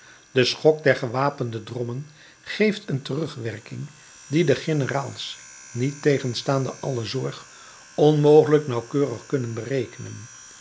de schok der gewapende drommen geeft een terugwerking die de generaals niettegenstaande alle zorg onmogelijk nauwkeurig kunnen berekenen